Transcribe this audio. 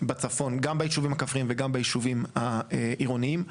גם ביישובים הכפריים וגם ביישובים העירוניים.